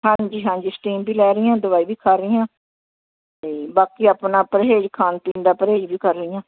ਹਾਂਜੀ ਹਾਂਜੀ ਸਟੀਮ ਵੀ ਲੈ ਰਹੀ ਹਾਂ ਦਵਾਈ ਵੀ ਖਾ ਰਹੀ ਹਾਂ ਅਤੇ ਬਾਕੀ ਆਪਣਾ ਪਰਹੇਜ਼ ਖਾਣ ਪੀਣ ਦਾ ਪਰਹੇਜ਼ ਵੀ ਕਰ ਰਹੀ ਹਾਂ